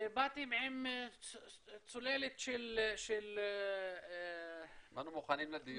אתם באתם עם צוללת של --- באנו מוכנים לדיון.